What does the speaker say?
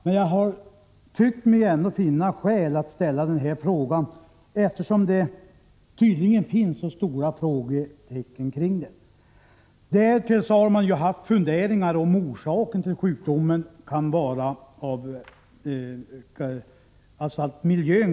Men jag har ändå tyckt mig finna skäl att ställa denna fråga, eftersom det tydligen finns så stora frågetecken kring sjukdomen. Man har haft funderingar om huruvida orsaken till sjukdomen kan vara miljön.